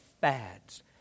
fads